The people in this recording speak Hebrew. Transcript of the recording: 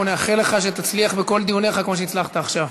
אנחנו נאחל לך שתצליח בכל דיוניך כמו שהצלחת עכשיו.